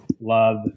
love